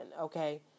okay